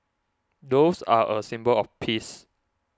doves are a symbol of peace